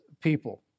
people